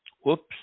whoops